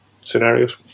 scenarios